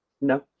No